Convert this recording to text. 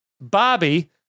Bobby